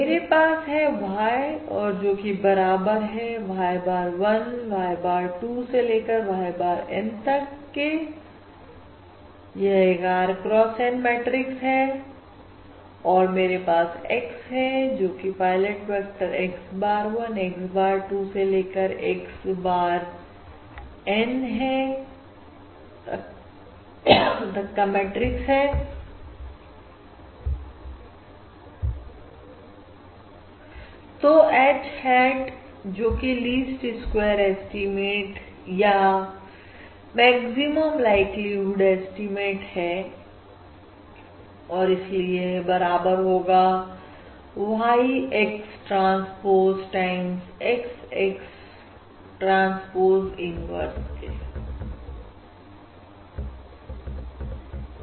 मेरे पास है Y और जो बराबर है Y bar 1 y bar 2 से लेकर y bar N तक के यह एक R cross N मैट्रिक्स है और मेरे पास X है जो कि pilot vector x bar 1 x bar2 से लेकर x bar N तक का मैट्रिक्स है तो H hat जोकि लीस्ट स्क्वेयर एस्टीमेट या मैक्सिमम लाइक्लीहुड एस्टीमेट है और इसलिए यह बराबर Y X transpose time X X transpose inverse के